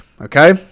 okay